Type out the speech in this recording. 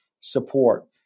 support